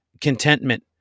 contentment